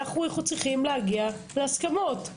אנו צריכים להגיע להסכמות.